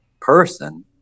person